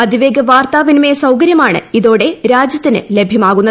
അതിവേഗ വാർത്താവിനിമയ സൌകര്യമാണ് ഇതോടെ രാജ്യത്തിന് ലഭ്യമാകുന്നത്